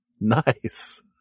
Nice